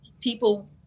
people